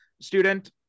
student